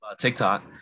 tiktok